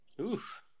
Oof